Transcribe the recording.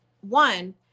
One